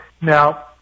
Now